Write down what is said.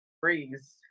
Freeze